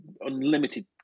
unlimited